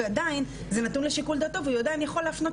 וזה עדיין נתון לשיקול דעתו והוא עדיין יכול להפנות לטיפול.